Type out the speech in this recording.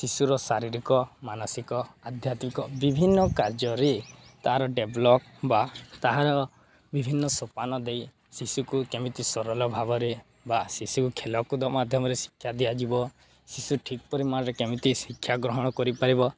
ଶିଶୁର ଶାରୀରିକ ମାନସିକ ଆଧ୍ୟାତ୍ମିକ ବିଭିନ୍ନ କାର୍ଯ୍ୟରେ ତା'ର ଡେଭଲପ୍ ବା ତାହାର ବିଭିନ୍ନ ସୋପାନ ଦେଇ ଶିଶୁକୁ କେମିତି ସରଳ ଭାବରେ ବା ଶିଶୁକୁ ଖେଳକୁଦ ମାଧ୍ୟମରେ ଶିକ୍ଷା ଦିଆଯିବ ଶିଶୁ ଠିକ୍ ପରିମାଣରେ କେମିତି ଶିକ୍ଷା ଗ୍ରହଣ କରିପାରିବ